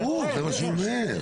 הפוך, זה מה שהוא אומר.